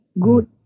good